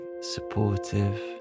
supportive